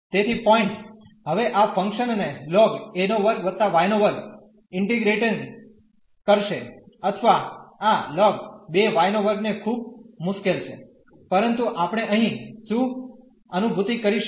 તેથી પોઇન્ટ હવે આ ફંક્શન ને lna2 y2 ઇન્ટીગ્રેટીન્ગ કરશે અથવા આ ln તે ખૂબ મુશ્કેલ છે પરંતુ આપણે અહીં શું અનુભૂતિ કરીશું